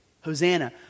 Hosanna